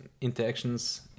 interactions